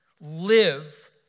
live